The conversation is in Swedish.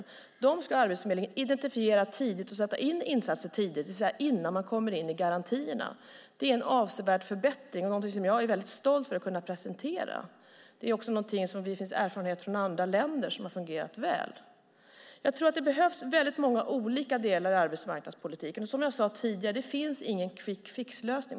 Dessa personer ska Arbetsförmedlingen identifiera tidigt och sätta in insatser för tidigt, det vill säga innan de kommer in i garantierna. Det är en avsevärd förbättring och någonting som jag är väldigt stolt över att kunna presentera. Det är också någonting som det finns erfarenhet av från andra länder och som har fungerat väl. Jag tror att det behövs väldigt många olika delar i arbetsmarknadspolitiken, och som jag sade tidigare: Det finns ingen quick fix.